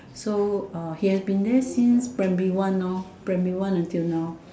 so he has been there since primary one primary one until now